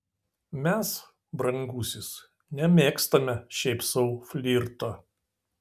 mes brangusis nemėgstame šiaip sau flirto